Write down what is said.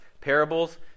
parables